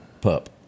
pup